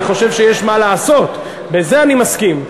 אני חושב שיש מה לעשות, בזה אני מסכים.